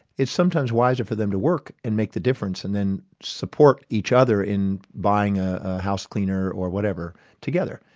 it's sometimes wiser for them to work and make the difference, and then support each other in buying a house cleaner or whatever together.